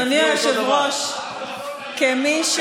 סליחה, אדוני היושב-ראש, כמי,